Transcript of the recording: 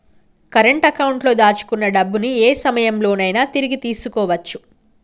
current అకౌంట్లో దాచుకున్న డబ్బుని యే సమయంలోనైనా తిరిగి తీసుకోవచ్చు